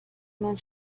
mein